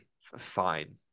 Fine